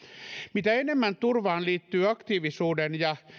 mitä enemmän turvaan liittyy aktiivisuuden ja